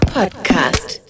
Podcast